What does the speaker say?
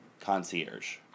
concierge